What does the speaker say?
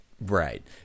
Right